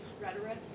rhetoric